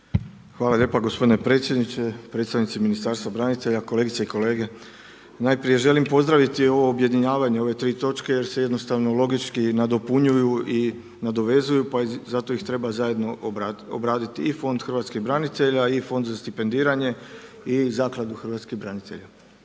Hvala lijepa gospodine predsjedniče, predstavnici Ministarstva branitelja, kolegice i kolege. Najprije želim pozdraviti ovo objedinjavanje ove tri točke jer se jednostavno logički nadopunjuju i nadovezuju pa zato ih treba zajedno obraditi i Fond hrvatskih branitelja i Fond za stipendiranje i Zakladu hrvatskih branitelja.